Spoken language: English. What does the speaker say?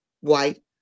white